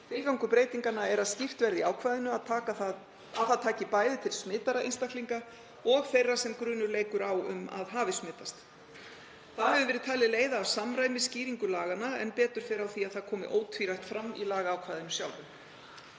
Tilgangur breytinganna er að skýrt verði í ákvæðinu að það taki bæði til smitaðra einstaklinga og þeirra sem grunur leikur á um að hafi smitast. Það hefur verið talið leiða af samræmi í skýringu laganna en betur fer á því að það komi ótvírætt fram í lagaákvæðinu sjálfu.